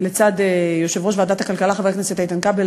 לצד יושב-ראש ועדת הכלכלה חבר הכנסת איתן כבל,